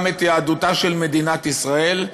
גם את יהדותה של מדינת ישראל.